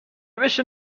بشین